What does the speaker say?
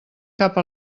cap